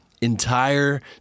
entire